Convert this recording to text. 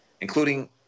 including